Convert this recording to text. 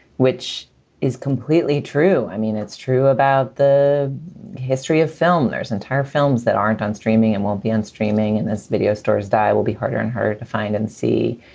which is completely true. i mean, it's true about the history of film. there's entire films that aren't on streaming and won't be on streaming. and this video stars die will be harder and harder to find and see.